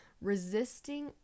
Resisting